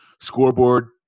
scoreboard